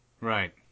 Right